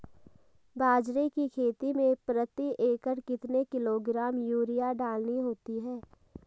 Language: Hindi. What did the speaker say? बाजरे की खेती में प्रति एकड़ कितने किलोग्राम यूरिया डालनी होती है?